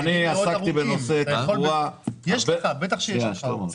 בטח יש לך.